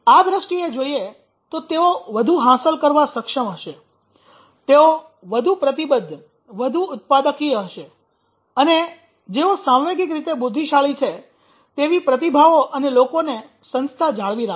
આ દ્રષ્ટિએ જોઈએ તો તેઓ વધુ હાંસલ કરવા સક્ષમ હશે તેઓ વધુ પ્રતિબદ્ધ વધુ ઉત્પાદકીય હશે અને જેઓ સાંવેગિક રીતે બુદ્ધિશાળી છે તેવી પ્રતિભાઓ અને લોકોને સંસ્થા જાળવી રાખશે